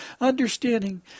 understanding